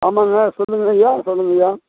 ஆமாங்க சொல்லுங்கய்யா சொல்லுங்கய்யா